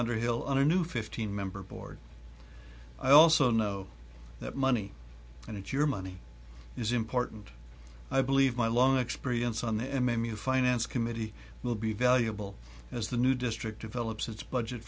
underhill on a new fifteen member board i also know that money and if your money is important i believe my long experience on the m m u finance committee will be valuable as the new district yvel upsets budget